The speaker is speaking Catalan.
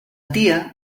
tia